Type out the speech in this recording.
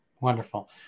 Wonderful